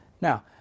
Now